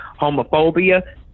homophobia